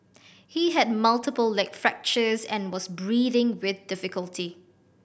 he had multiple leg fractures and was breathing with difficulty